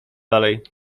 dalej